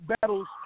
battles